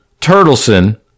Turtleson